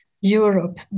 Europe